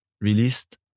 released